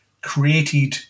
created